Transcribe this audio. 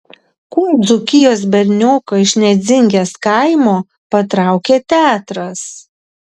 kuo dzūkijos bernioką iš nedzingės kaimo patraukė teatras